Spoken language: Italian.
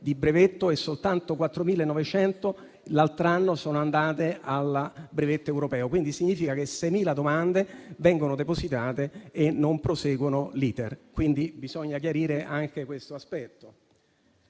di brevetto e soltanto 4.900 lo scorso anno sono andate al brevetto europeo; ciò significa che 6.000 domande vengono depositate e non proseguono l'*iter*, quindi bisogna chiarire anche questo aspetto.